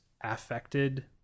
affected